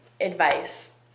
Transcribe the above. advice